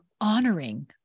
honoring